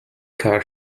car